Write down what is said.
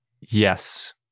Yes